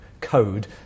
code